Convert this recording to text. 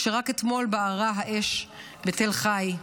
כשרק אתמול בערה האש בתל חי.